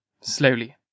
slowly